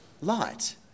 light